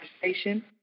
conversation